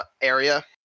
area